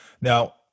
Now